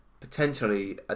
potentially